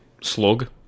Slug